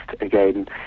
again